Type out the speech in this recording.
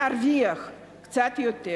להרוויח קצת יותר.